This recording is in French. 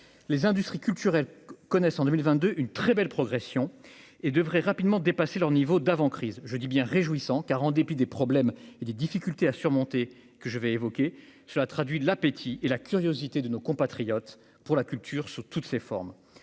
les industries culturelles connaissent en 2022, une très belle progression et devrait rapidement dépasser leur niveau d'avant-crise, je dis bien réjouissant car, en dépit des problèmes et des difficultés à surmonter que je vais évoquer cela traduit de l'appétit et la curiosité de nos compatriotes pour la culture sous toutes ses formes,